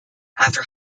after